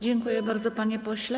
Dziękuję bardzo, panie pośle.